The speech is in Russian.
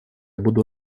буду